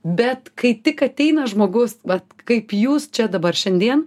bet kai tik ateina žmogus vat kaip jūs čia dabar šiandien